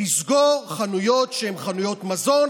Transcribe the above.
לסגור בשבת חנויות שהן חנויות מזון,